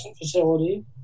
facility